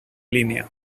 línea